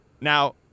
Now